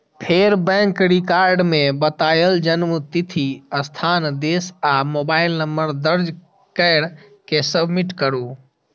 फेर bank record मे बतायल जन्मतिथि, स्थान, देश आ मोबाइल नंबर दर्ज कैर के सबमिट करू